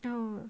no